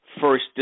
first